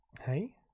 Hey